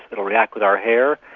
it will react with our hair,